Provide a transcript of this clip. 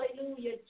hallelujah